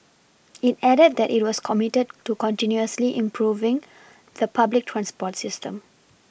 it added that it was committed to continually improving the public transport system